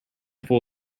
full